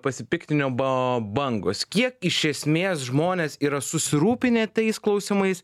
pasipiktinimo bangos kiek iš esmės žmonės yra susirūpinę tais klausimais